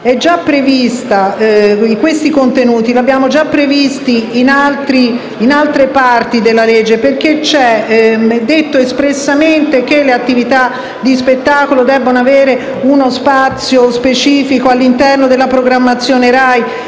questi contenuti li abbiamo già previsti in altre parti del disegno di legge. È, infatti, detto espressamente che le attività di spettacolo debbano avere uno spazio specifico all'interno della programmazione RAI.